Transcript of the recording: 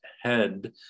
head